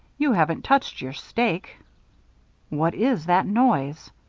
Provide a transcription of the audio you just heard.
you haven't touched your steak what is that noise?